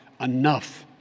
enough